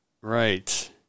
right